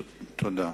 תודה.